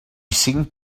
cinc